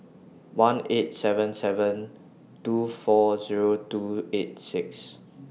one eight seven seven two four Zero two eight six